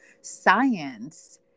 science